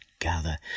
gather